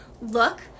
look